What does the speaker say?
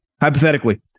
Hypothetically